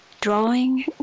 drawing